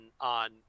on